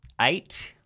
eight